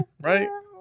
Right